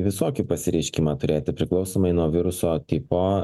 visokį pasireiškimą turėti priklausomai nuo viruso tipo